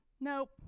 nope